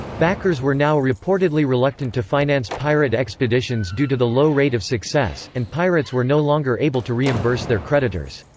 backers were now reportedly reluctant to finance pirate expeditions due to the low rate of success, and pirates were no longer able to reimburse their creditors.